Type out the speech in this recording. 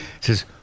says